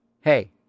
hey